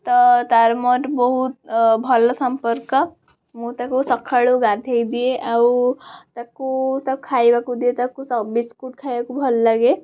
ତ ତାର ମୋର ବହୁତ ଅ ଭଲ ସମ୍ପର୍କ ମୁଁ ତାକୁ ସଖାଳୁ ଗାଧେଇ ଦିଏ ଆଉ ତାକୁ ତାକୁ ଖାଇବାକୁ ଦିଏ ତାକୁ ବିସ୍କୁଟ୍ ଖାଇବାକୁ ଭଲ ଲାଗେ